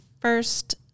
first